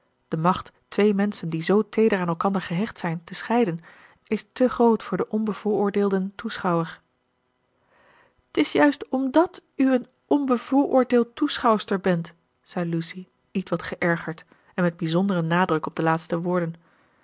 de macht twee menschen die zoo teeder aan elkander gehecht zijn te scheiden is te groot voor den onbevooroordeelden toeschouwer t is juist omdat u een onbevooroordeeld toeschouwster bent zei lucy ietwat geërgerd en met bijzonderen nadruk op de laatste woorden